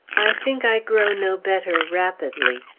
i think i grow no better rapidly.